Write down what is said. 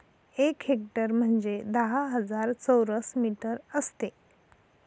एक हेक्टर म्हणजे दहा हजार चौरस मीटर असते